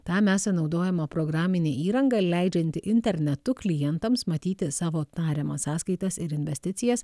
tam esą naudojama programinė įranga leidžianti internetu klientams matyti savo tariamą sąskaitas ir investicijas